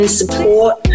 support